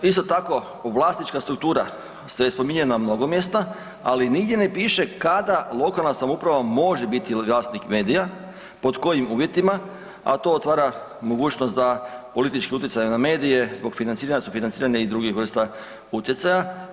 Isto tako vlasnička struktura se spominje na mnogo mjesta, ali nigdje ne piše kada lokalna samouprava može biti vlasnik medija, pod kojim uvjetima a to otvara mogućnost da politički utjecaji na medije zbog financiranja, sufinanciranja i drugih vrsta utjecaja.